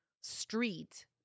street